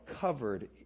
covered